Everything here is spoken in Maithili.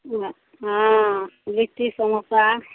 हँ लिट्टी समोसा